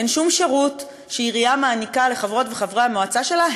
אין שום שירות שעירייה מעניקה לחברות וחברי המועצה שלה.